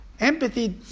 Empathy